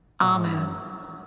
Amen